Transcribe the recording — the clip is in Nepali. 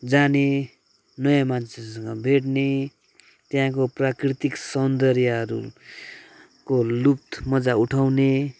जाने नयाँ मान्छेसँग भेट्ने त्यहाँको प्राकृतिक सौन्दर्यहरूको लुफ्त मज्जा उठाउने